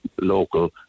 local